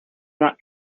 not